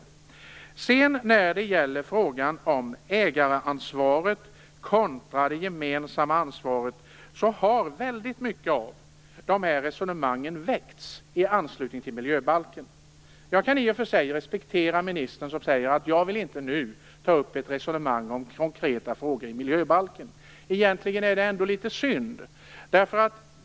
Väldigt mycket av resonemangen i frågan om ägaransvaret kontra det gemensamma ansvaret har väckts i anslutning till miljöbalken. Jag kan i och för sig respektera att ministern säger att hon inte nu vill ta upp ett resonemang om konkreta frågor i miljöbalken, men jag tycker ändå att det är litet synd.